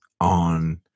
on